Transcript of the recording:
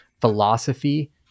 philosophy